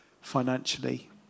financially